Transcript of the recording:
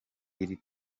iri